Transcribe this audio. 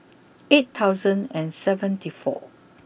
eight thousand and seventy four